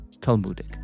Talmudic